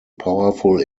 powerful